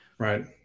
Right